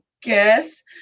guess